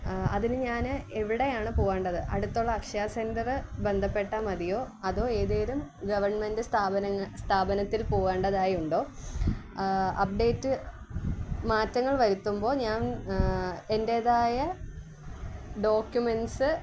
അതിന് ഞാൻ എവിടെയാണ് പോവേണ്ടത് അടുത്തുള്ള അക്ഷയ സെൻ്ററ് ബന്ധപ്പെട്ടാൽ മതിയോ അതോ ഏതെങ്കിലും ഗവൺമെൻ്റ് സ്ഥാപനങ്ങളിൽ സ്ഥാപനത്തിൽ പോവേണ്ടതായുണ്ടോ അപ്ഡേറ്റ് മാറ്റങ്ങൾ വരുത്തുമ്പോൾ ഞാൻ എൻ്റേതായ ഡോക്യൂമെൻ്റ്സ്